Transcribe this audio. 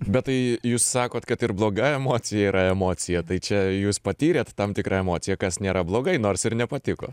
bet tai jūs sakot kad ir bloga emocija yra emocija tai čia jūs patyrėt tam tikrą emociją kas nėra blogai nors ir nepatiko